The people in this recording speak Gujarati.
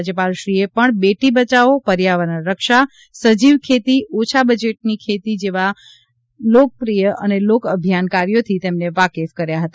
રાજ્યપાલશ્રીએ પણ બેટી બચાવો પર્યાવરણ રક્ષા સજીવ ખેતી ઓછા બજેટની ખેતી જોવા તેમના લોકાભિયાન કાર્યોથી તેમને વાકેફ કર્યા હતા